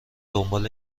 دنبال